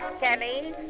Kelly